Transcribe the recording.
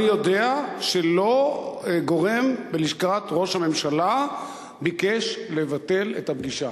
אני יודע שלא גורם בלשכת ראש הממשלה ביקש לבטל את הפגישה.